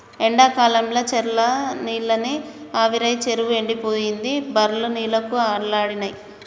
ఎండాకాలంల చెర్ల నీళ్లన్నీ ఆవిరై చెరువు ఎండిపోయింది బర్లు నీళ్లకు అల్లాడినై